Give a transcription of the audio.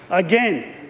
again,